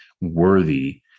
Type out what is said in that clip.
worthy